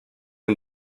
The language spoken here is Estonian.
end